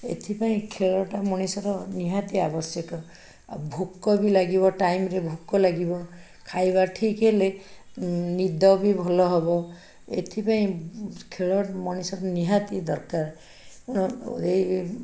ଏଥିପାଇଁ ଖେଳଟା ମଣିଷର ନିହାତି ଆବଶ୍ୟକ ଆଉ ଭୋକ ବି ଲାଗିବ ଟାଇମ୍ରେ ଭୋକ ଲାଗିବ ଖାଇବା ଠିକ୍ ହେଲେ ନିଦ ବି ଭଲ ହେବ ଏଥିପାଇଁ ଖେଳ ମଣିଷର ନିହାତି ଦରକାର